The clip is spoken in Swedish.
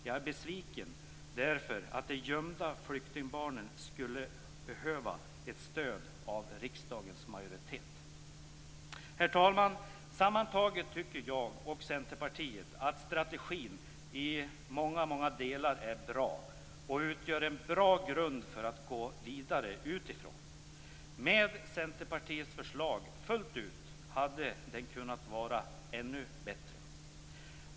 Jag är besviken därför att de gömda flyktingbarnen skulle ha behövt stöd av riksdagens majoritet. Herr talman! Sammantaget tycker jag och Centerpartiet att strategin i många delar är bra och att den utgör en bra grund att arbeta vidare utifrån. Med Centerpartiets förslag fullt ut hade strategin kunnat vara ännu bättre.